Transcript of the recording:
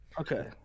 Okay